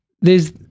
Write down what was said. there's-